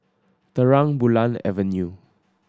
Terang Bulan Avenue